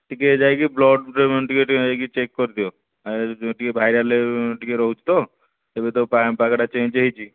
ଟିକିଏ ଯାଇକି ବ୍ଲଡ଼୍ ଟିକିଏ ଯାଇକି ଚେକ୍ କରିଦିଅ ଟିକିଏ ଭାଇରାଲ୍ ଟିକିଏ ରହୁଛି ତ ଏବେ ତ ପାଣି ପାଗଟା ଚେଞ୍ଜ୍ ହୋଇଛି